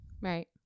Right